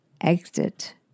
exit